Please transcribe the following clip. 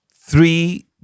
three